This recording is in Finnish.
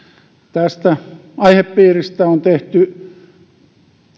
tästä aihepiiristä on tehty